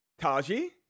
taji